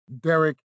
Derek